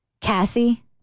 Cassie